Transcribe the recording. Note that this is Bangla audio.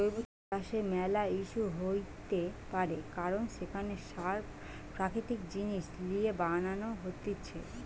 জৈব চাষের ম্যালা ইস্যু হইতে পারে কারণ সেখানে সার প্রাকৃতিক জিনিস লিয়ে বানান হতিছে